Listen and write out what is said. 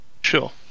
Sure